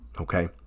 Okay